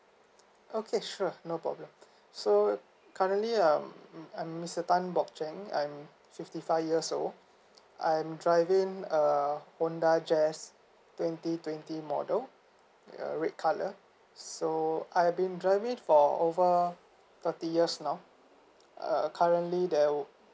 okay sure no problem so currently um I'm mister tan bok cheng and I'm fifty five years old I'm driving a Honda jess twenty twenty model err red colour so I've been driving for over thirty years now uh currently there were